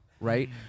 right